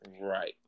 Right